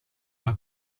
alla